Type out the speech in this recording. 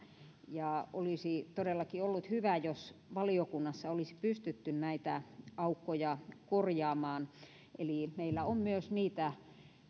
ja olisi todellakin ollut hyvä jos valiokunnassa olisi pystytty näitä aukkoja korjaamaan eli meillä on myös niitä